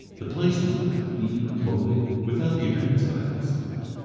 the place was without meat or clothing, without the appearance of a house on it.